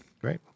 Great